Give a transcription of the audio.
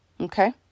Okay